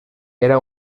era